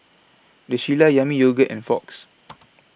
The Shilla Yami Yogurt and Fox